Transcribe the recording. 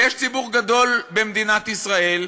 ויש ציבור גדול במדינת ישראל,